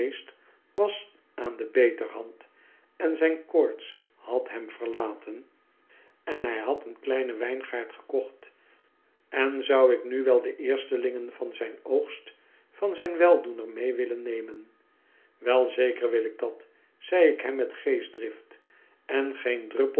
was aan de beterhand en zijn koorts had hem verlaten en hij een reiziger dte geen handel drijft had een kleinen wijngaard gekocht en zou ik nu wel de eerstelingen van zijn oogst van zyn weldoener mee willen nemen wel zeker wil ik dat zei ik hem met geestdrift en geen druppel